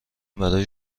برای